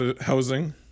housing